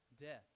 death